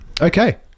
Okay